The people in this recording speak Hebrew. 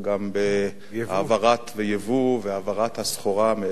בייבוא והעברת הסחורה מעבר לגבול בין-לאומי,